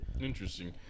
Interesting